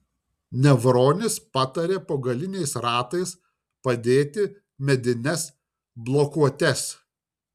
nevronis patarė po galiniais ratais padėti medines blokuotes